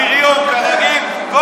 בריון, כרגיל.